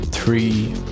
three